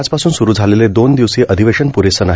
आजपासून सुरू झालेले दोन दिवसीय अधिवेशन प्रेसं नाही